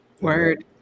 Word